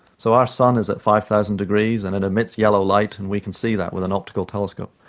so our sun is at five thousand degrees and it emits yellow light and we can see that with an optical telescope.